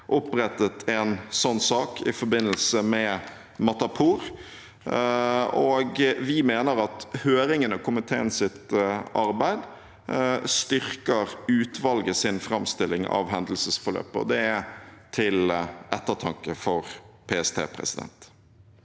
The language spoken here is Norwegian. opprettet en sånn sak i forbindelse med Matapour. Vi mener at høringen og komiteens arbeid styrker utvalgets framstilling av hendelsesforløpet, og det er til ettertanke for PST.